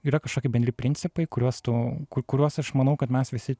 yra kažkokie bendri principai kuriuos tu kuriuos aš manau kad mes visi